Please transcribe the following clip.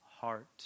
heart